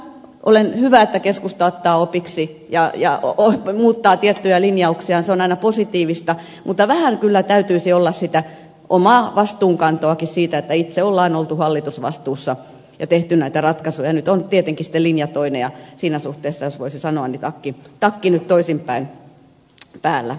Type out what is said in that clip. on hyvä että keskusta ottaa opiksi ja muuttaa tiettyjä linjauksiaan se on aina positiivista mutta vähän kyllä täytyisi olla sitä omaa vastuunkantoakin siitä että itse on oltu hallitusvastuussa ja tehty näitä ratkaisuja ja nyt on tietenkin sitten linja toinen ja siinä suhteessa jos voisi sanoa takki nyt toisinpäin päällä